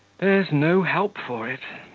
there's no help for it!